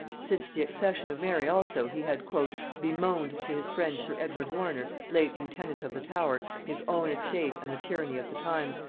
since the accession of mary also he had bemoaned to his friend sir edward warner, late lieutenant of the tower, his own estate and the tyranny of the times,